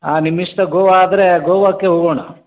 ಹಾಂ ನಿಮ್ಮ ಇಷ್ಟ ಗೋವಾ ಆದರೆ ಗೋವಾಕ್ಕೆ ಹೋಗೋಣ